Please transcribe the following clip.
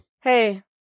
Hey